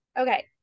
okay